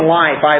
life